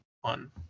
one